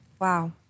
Wow